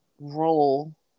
role